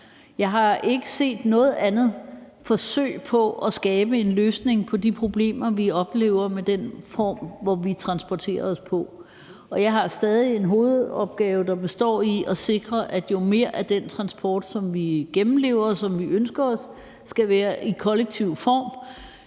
Jeg har ikke set noget andet forsøg på at skabe en løsning på de problemer, vi oplever med den form, som vi transporterer os på. Og jeg har stadig en hovedopgave, der består i at sikre, at jo mere af den transport, som vi gennemfører, og som vi ønsker os, skal være i kollektiv form.